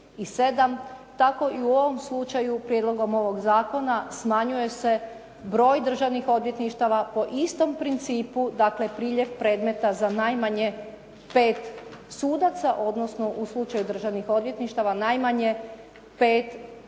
tako i u ovom slučaju prijedlogom ovog zakona smanjuje se broj državnih odvjetništava po istom principu. Dakle, priljev predmeta za najmanje pet sudaca, odnosno u slučaju državnih odvjetništava najmanje 5